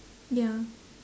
ya